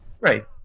Right